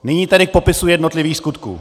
Nyní tedy k popisu jednotlivých skutků.